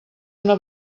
una